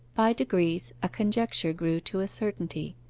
by degrees a conjecture grew to a certainty.